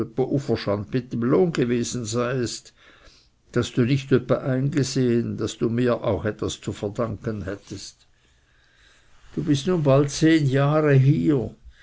gewesen seiest daß du nicht öppe eingesehen daß du mir auch etwas zu verdanken hättest du bist nun bald zehn jahre bei